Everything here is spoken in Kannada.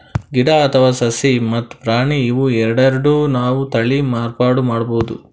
ಗಿಡ ಅಥವಾ ಸಸಿ ಮತ್ತ್ ಪ್ರಾಣಿ ಇವ್ ಎರಡೆರಡು ನಾವ್ ತಳಿ ಮಾರ್ಪಾಡ್ ಮಾಡಬಹುದ್